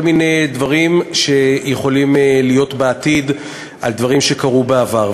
כל מיני דברים שיכולים להיות בעתיד על דברים שקרו בעבר.